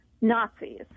Nazis